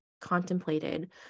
contemplated